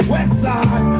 Westside